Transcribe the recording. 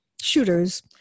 shooters